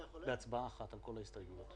והיינו מאוד רוצים להתקדם ולאפשר הטבה לעסקים.